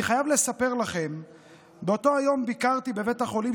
אני חייב לספר לכם שבאותו היום ביקרתי בבית החולים